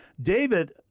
David